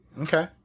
Okay